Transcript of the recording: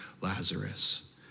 Lazarus